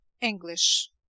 English